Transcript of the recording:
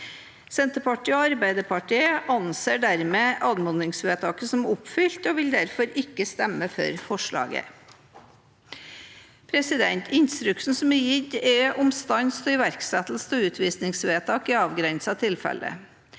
Senterpartiet og Arbeiderpartiet anser dermed anmodningsvedtaket som oppfylt og vil derfor ikke stemme for forslaget. Instruksen som er gitt, er om stans av iverksettelse av utvisningsvedtak i avgrensede tilfeller.